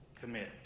commit